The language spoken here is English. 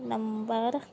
number